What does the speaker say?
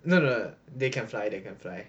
no no no they can fly that can fly